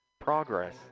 Progress